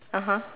(uh huh)